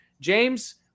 James